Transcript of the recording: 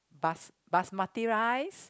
bas~ Basmati rice